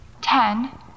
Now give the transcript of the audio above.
ten